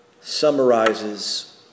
summarizes